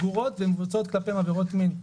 ומבוצעות כלפיהן עבירות מין.